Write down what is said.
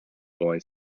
boy